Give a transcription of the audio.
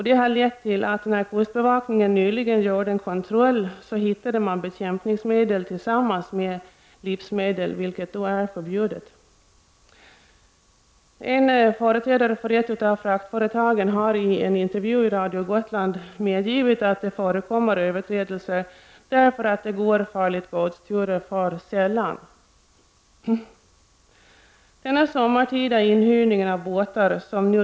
Det har lett till att när kustbevakningen nyligen gjorde en kontroll, hittade man bekämpningsmedel tillsammans med livsmedel - ett transportsätt som är förbjudet. En företrädare för ett av fraktföretagen har i en intervju i Radio Gotland medgivit att det förekommer överträdelser, eftersom det går turer för farligt gods för sällan.